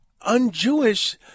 un-Jewish